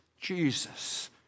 Jesus